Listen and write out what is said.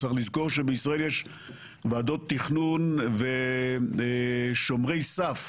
צריך לזכור שבישראל יש ועדות תכנון ושומרי סף